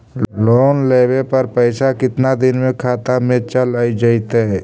Loan लेब पर पैसा कितना दिन में खाता में चल आ जैताई?